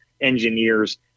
engineers